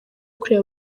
kureba